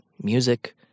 music